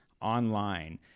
online